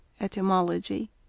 Etymology